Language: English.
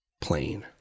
plain